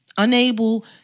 Unable